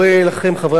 חברי הכנסת,